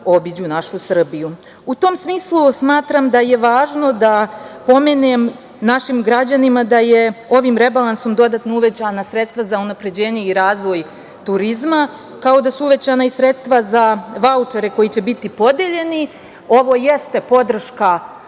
tom smislu smatram da je važno da pomenem našim građanima da su ovim rebalansom dodatno uvećana sredstva za unapređenje i razvoj turizma, kao i da su uvećana sredstva za vaučere koji će biti podeljeni. Ovo jeste podrška